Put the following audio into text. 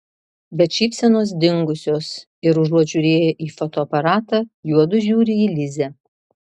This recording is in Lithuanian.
bet šypsenos dingusios ir užuot žiūrėję į fotoaparatą juodu žiūri į lizę